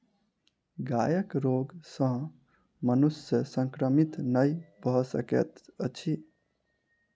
गायक रोग सॅ मनुष्य संक्रमित नै भ सकैत अछि